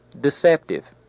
deceptive